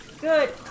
Good